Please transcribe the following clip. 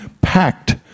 packed